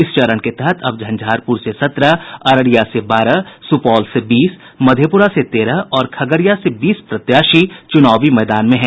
इस चरण के तहत अब झंझारपुर से सत्रह अररिया से बारह सुपौल से बीस मधेपुरा से तेरह और खगड़िया से बीस प्रत्याशी चुनावी मैदान में हैं